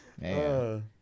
Man